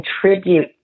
contribute